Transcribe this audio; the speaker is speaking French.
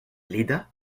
léda